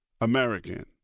American